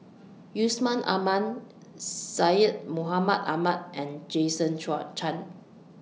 Yusman Aman Syed Mohamed Ahmed and Jason Chan